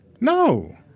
No